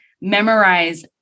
memorize